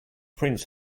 prince